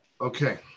okay